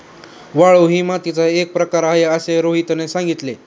वाळू ही मातीचा एक प्रकारच आहे असे रोहितने सांगितले